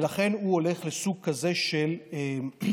ולכן הוא הולך לסוג כזה של מסגרת,